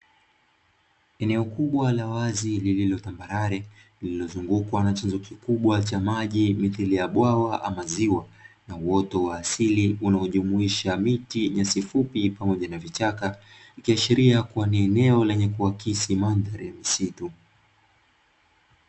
Eneo kubwa la wazi lililotambarare lililozungukwa na chanzo kikubwa cha maji mithili ya bwawa ama ziwa, na uoto wa asili unaojumuisha: miti, nyasi fupi pamoja na vichaka; ikiashiria kuwa ni eneo lenye kuakisi mandhari ya misitu.